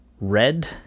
red